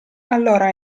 allora